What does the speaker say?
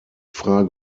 frage